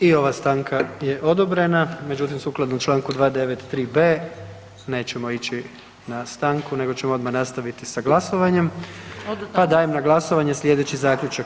I ova stanka je odobrena, međutim sukladno Članku 293b. nećemo ići na stanku nego ćemo odmah nastaviti sa glasovanjem, pa dajem na glasovanje slijedeći zaključak.